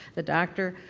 the doctor,